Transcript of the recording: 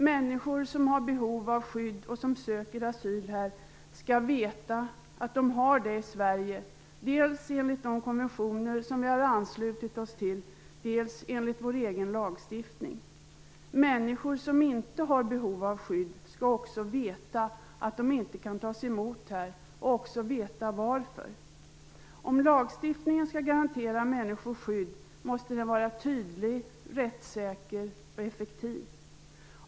Människor som har behov av skydd och som söker asyl här skall veta att de har rätt till asyl i Sverige, dels enligt de konventioner som vi har anslutit oss till, dels enligt vår egen lagstiftning. Människor som inte har behov av skydd skall veta att de inte kan tas emot och också veta varför. Om lagstiftningen skall garantera människor skydd måste den vara tydlig, rättssäker och effektiv.